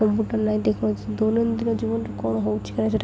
computer ନାହିଁ ଦୈନନ୍ଦିନ ଜୀବନରେ କ'ଣ ହେଉଛି ସେଟା